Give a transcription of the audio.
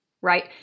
Right